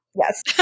yes